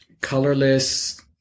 Colorless